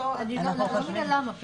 את לא --- אני לא מבינה למה.